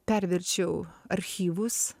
perverčiau archyvus